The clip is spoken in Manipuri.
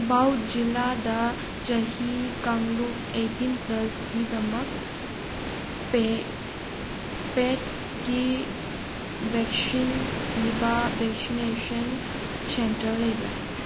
ꯕꯥꯎ ꯖꯤꯜꯂꯥꯗ ꯆꯍꯤ ꯀꯥꯡꯂꯨꯞ ꯑꯩꯠꯇꯤꯟ ꯄ꯭ꯂꯁꯀꯤꯗꯃꯛ ꯄꯦꯗꯀꯤ ꯕꯦꯛꯁꯤꯟ ꯄꯤꯕ ꯕꯦꯛꯁꯤꯅꯦꯁꯟ ꯁꯦꯟꯇꯔ ꯂꯩꯕ꯭ꯔꯥ